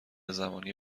زمانی